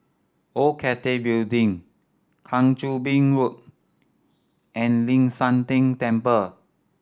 Old Cathay Building Kang Choo Bin Road and Ling San Teng Temple